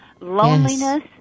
loneliness